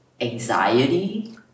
anxiety